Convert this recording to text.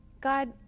God